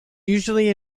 usually